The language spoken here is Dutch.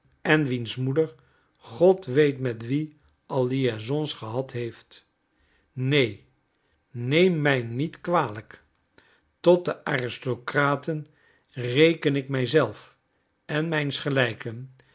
en wiens moeder god weet met wie al liaisons gehad heeft neen neem mij niet kwalijk tot de aristocraten reken ik mij zelf en mijns gelijken